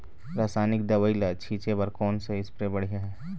रासायनिक दवई ला छिचे बर कोन से स्प्रे बढ़िया हे?